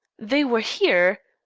they were here!